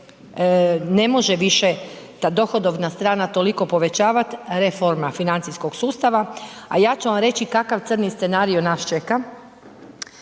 ne može više ta dohodovna strana toliko povećavat, reforma financijskog sustava, a ja ću vam reći kakav crni scenarijo nas čeka,